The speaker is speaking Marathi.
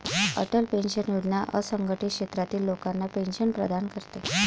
अटल पेन्शन योजना असंघटित क्षेत्रातील लोकांना पेन्शन प्रदान करते